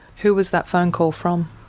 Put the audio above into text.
who was that phone call from?